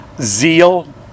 zeal